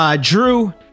Drew